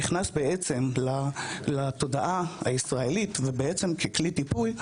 נכנס לתודעה הישראלית ובעצם ככלי טיפול,